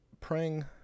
praying